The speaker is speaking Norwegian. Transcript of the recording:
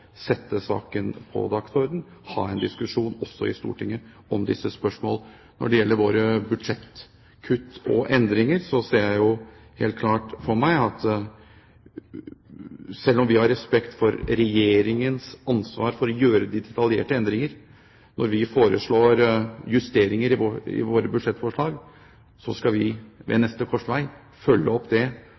sette saken på dagsordenen, ha en diskusjon også i Stortinget om disse spørsmålene. Når det gjelder våre budsjettkutt og endringer, ser jeg helt klart for meg – selv om vi har respekt for Regjeringens ansvar for å gjøre de detaljerte endringene – at når vi foreslår justeringer i våre budsjettforslag, skal vi ved neste korsvei følge opp det,